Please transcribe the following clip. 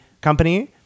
company